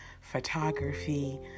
photography